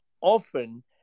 often